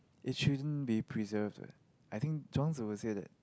is choosing be preserved leh I think Zhuang-Zi would say that